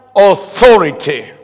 authority